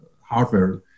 hardware